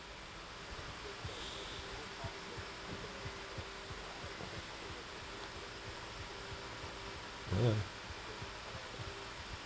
yeah